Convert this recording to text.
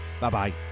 Bye-bye